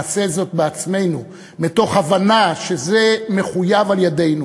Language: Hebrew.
נעשה זאת בעצמנו, מתוך הבנה שזה מחויב על-ידינו.